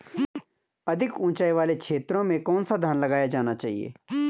अधिक उँचाई वाले क्षेत्रों में कौन सा धान लगाया जाना चाहिए?